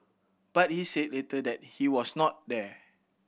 but he said later that he was not there